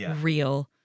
real